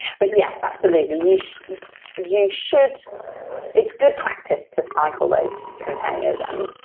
but yes, absolutely. you should you should it's good practice to cycle those containers. i mean,